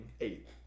eight